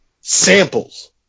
samples